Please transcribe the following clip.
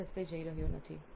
હું તે રસ્તે જઈ રહ્યો નથી